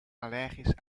allergisch